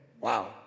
Wow